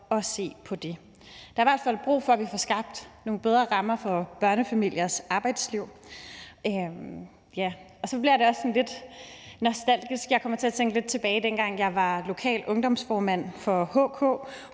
Der er i hvert fald brug for, at vi får skabt nogle bedre rammer for børnefamiliers arbejdsliv. Så bliver jeg da også sådan lidt nostalgisk. Jeg kommer til at tænke tilbage på, dengang jeg var lokal ungdomsformand for HK,